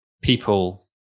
People